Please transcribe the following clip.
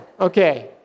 Okay